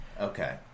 Okay